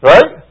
Right